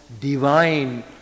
divine